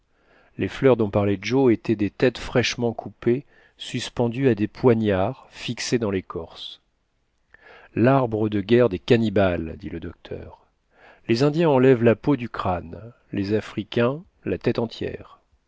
les fleurs dont parlait joe étaient des têtes fraîchement coupées suspendues à des poignards fixés dans l'écorce l'arbre de guerre des cannibales dit le docteur les indiens enlèvent la peau du crâne les africains la tête entière